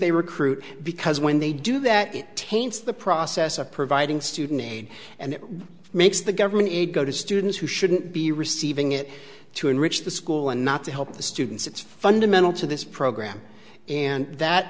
they recruit because when they do that it taints the process of providing student aid and it makes the government aid go to students who shouldn't be receiving it to enrich the school and not to help the students it's fundamental to this program and that